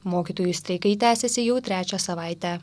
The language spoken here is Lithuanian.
mokytojų streikai tęsiasi jau trečią savaitę